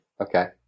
Okay